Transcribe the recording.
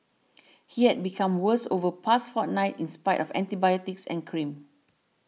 he had become worse over past fortnight in spite of antibiotics and cream